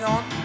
on